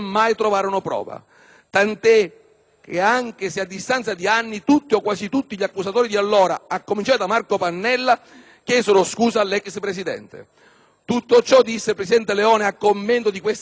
di ciò, anche se a distanza di anni, tutti o quasi gli accusatori di allora - a cominciare da Marco Pannella - chiesero scusa all'ex Presidente. Tutto ciò - disse il presidente Leone a commento di queste tardive scuse